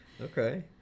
Okay